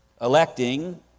electing